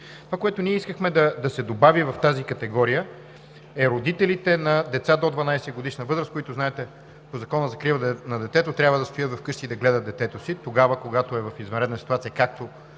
Това, което ние искахме да се добави в тази категория, е: родителите на деца до 12-годишна възраст, които знаете по Закона за закрила на детето, трябва да стоят вкъщи и да гледат детето си, тогава, когато е в извънредна ситуация, каквато